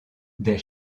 des